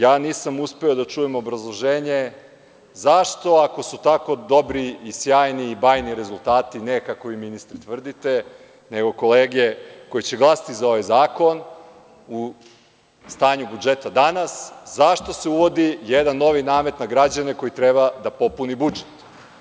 Ja nisam uspeo da čujem obrazloženje zašto, ako su tako dobri i sjajni i bajni rezultati, ne kako vi ministre tvrdite, nego kolege koji će glasati za ovaj zakon, u stanju budžeta danas, zašto se uvodi jedan novi namet na građane koji treba da popunE budžet?